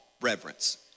reverence